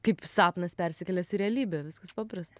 kaip sapnas persikėlęs į realybę viskas paprasta